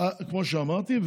כמו שאמרתי.